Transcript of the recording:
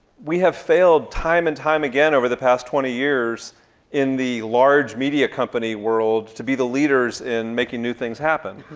we have failed time and time again over the past twenty years in the large media company world to be the leaders in making new things happen.